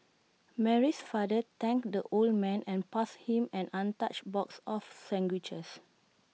Mary's father thanked the old man and passed him an untouched box of sandwiches